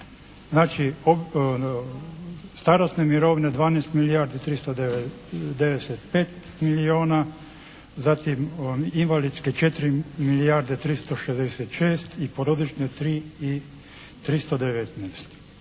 znači starosne mirovine 12 …/Govornik se ne razumije./… 395 milijona, zatim invalidske 4 milijarde 366 i porodične 3 i 329.